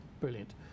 Brilliant